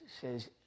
says